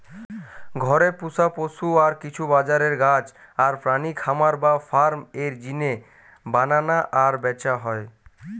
ঘরে পুশা পশু আর কিছু বাজারের গাছ আর প্রাণী খামার বা ফার্ম এর জিনে বানানা আর ব্যাচা হয়